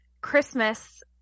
Christmas